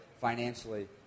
financially